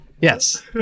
Yes